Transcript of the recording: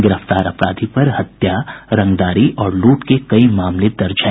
गिरफ्तार अपराधी पर हत्या रंगदारी और लूट के कई मामले दर्ज हैं